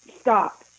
stop